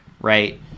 right